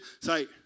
Say